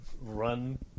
run